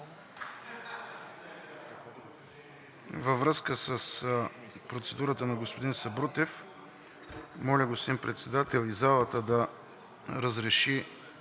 Във връзка с процедурата на господин Сабрутев, моля, господин Председател, и залата да разреши